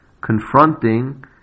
confronting